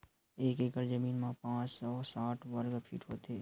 एक एकड़ जमीन मा पांच सौ साठ वर्ग फीट होथे